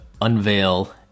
unveil